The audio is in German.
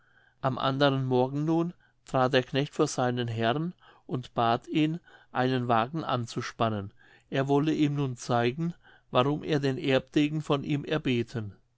am anderen morgen nun trat der knecht vor seinen herrn und bat ihn einen wagen anzuspannen er wolle ihm nun zeigen warum er den erbdegen von ihm erbeten